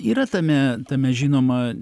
yra tame tame žinoma